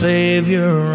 Savior